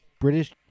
British